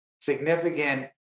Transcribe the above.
significant